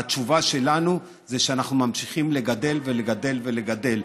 התשובה שלנו היא שאנחנו ממשיכים לגדל ולגדל ולגדל.